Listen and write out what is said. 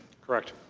correct.